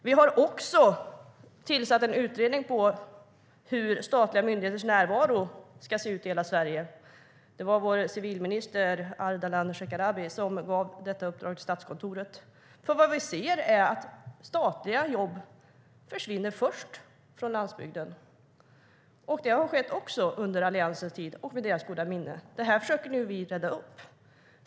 Vi har också tillsatt en utredning om hur statliga myndigheters närvaro ska se ut i hela Sverige. Det var vår civilminister Ardalan Shekarabi som gav detta uppdrag till Statskontoret. Vad vi ser är att statliga jobb försvinner först från landsbygden. Det har skett också under Alliansens tid och med deras goda minne. Detta försöker nu vi reda upp.